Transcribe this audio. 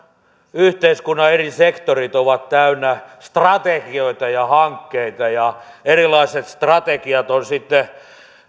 yhteiskunnan eri sektorit ovat täynnä strategioita ja hankkeita ja erilaiset strategiat ovat sitten